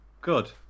Good